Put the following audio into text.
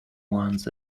ones